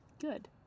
Good